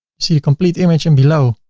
see a complete image and below